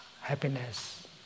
happiness